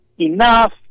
enough